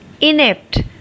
inept